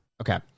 Okay